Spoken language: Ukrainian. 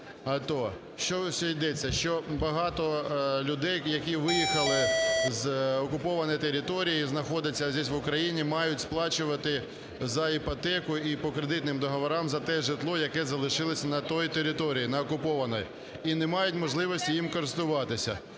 Про що йдеться? Що багато людей, які виїхали з окупованої території, знаходяться тут в Україні мають сплачувати за іпотеку і по кредитним договорам за те житло, яке залишилося на тій території, на окупованій, і не мають можливості їм користуватися.